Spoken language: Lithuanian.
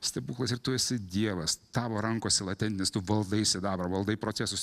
stebuklas ir tu esi dievas tavo rankose latentinis tu valdai sidabrą valdai procesus